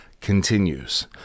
continues